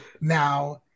Now